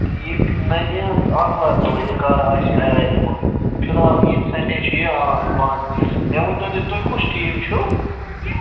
یہِ نَنہِ آتھوارِ دۅہٕے یہِ کَر آسہِ ایٚویلیبُل فِلحال ییٚمہِ سنٛڈے چھُ یہِ آ بَنٛد مےٚ ؤنۍتو تُہۍ تُہۍ کُس ٹیٖم چھُو